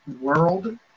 World